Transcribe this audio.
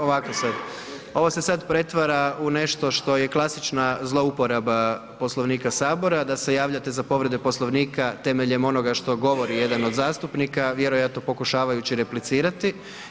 Ovako sad, ovo se sad pretvara u nešto što je klasična zlouporaba Poslovnika Sabora da se javljate za povrede Poslovnika temeljem onoga što govori jedan od zastupnika, vjerojatno pokušavajući replicirati.